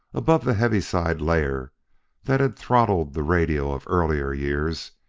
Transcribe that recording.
above the heaviside layer that had throttled the radio of earlier years,